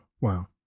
Wow